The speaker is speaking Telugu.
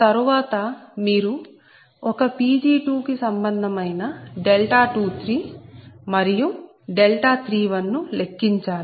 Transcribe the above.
తరువాత మీరు ఒక Pg2 కు సంబంధమైన 23 మరియు 31 ను లెక్కించాలి